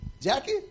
Jackie